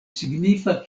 signifa